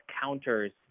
counters